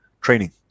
training